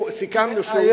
סיכמנו שהוא שקול,